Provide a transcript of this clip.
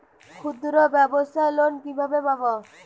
ক্ষুদ্রব্যাবসার লোন কিভাবে পাব?